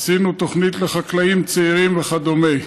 עשינו תוכנית לחקלאים צעירים וכדומה.